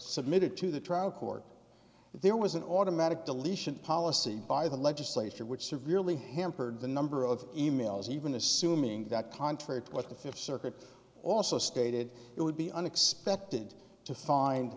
submitted to the trial court there was an automatic deletion policy by the legislature which severely hampered the number of e mails even assuming that contrary to what the fifth circuit also stated it would be unexpected to find